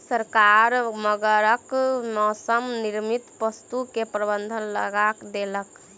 सरकार मगरक मौसक निर्मित वस्तु के प्रबंध लगा देलक